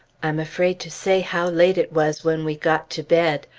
am afraid to say how late it was when we got to bed.